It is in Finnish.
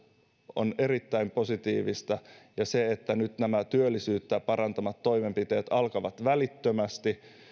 on erittäin positiivista ja se että nyt nämä työllisyyttä parantavat toimenpiteet alkavat välittömästi